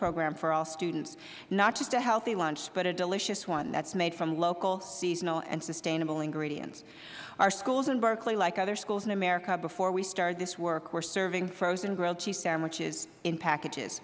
program for all students not just a healthy lunch but a delicious one that is made from local seasonal and sustainable ingredients our schools in berkeley like other schools in america before we started this work were serving frozen lunchmeat sandwiches in packages